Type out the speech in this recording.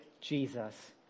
Jesus